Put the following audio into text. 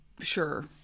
sure